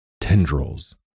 tendrils